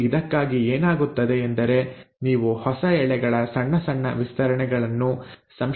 ಮತ್ತು ಇದಕ್ಕಾಗಿ ಏನಾಗುತ್ತದೆ ಎಂದರೆ ನೀವು ಹೊಸ ಎಳೆಗಳ ಸಣ್ಣ ಸಣ್ಣ ವಿಸ್ತರಣೆಗಳನ್ನು ಸಂಶ್ಲೇಷಿಸುತ್ತೀರಿ